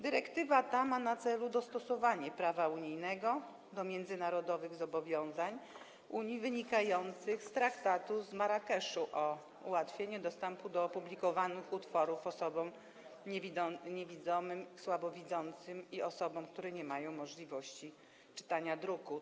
Dyrektywa ta ma na celu dostosowanie prawa unijnego do międzynarodowych zobowiązań wynikających z traktatu z Marrakeszu o ułatwieniu dostępu do opublikowanych utworów osobom niewidomym, słabowidzącym i osobom, które nie mają możliwości czytania druku.